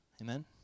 Amen